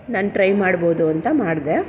ನಾನು ಟ್ರೈ ಮಾಡ್ಬೋದು ಅಂತ ಮಾಡಿದೆ